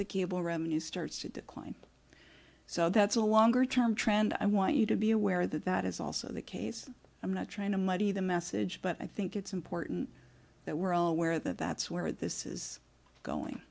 the cable revenue starts to decline so that's a longer term trend i want you to be aware that that is also the case i'm not trying to muddy the message but i think it's important that we're aware that that's where this is going